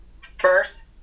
first